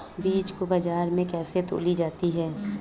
बीज को बाजार में कैसे तौली जाती है?